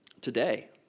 today